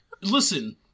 listen